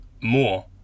more